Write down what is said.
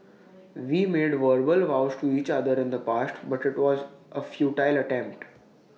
we made verbal vows to each other in the past but IT was A futile attempt